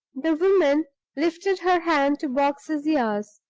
the woman lifted her hand to box his ears.